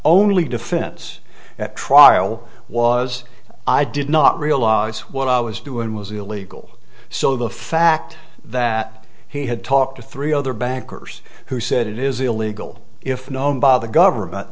only defense at trial was i did not realize what i was doing was illegal so the fact that he had talked to three other bankers who said it is illegal if known by the government